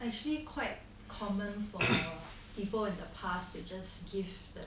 actually quite common for people in the past to just give the